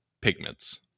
pigments